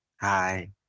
Hi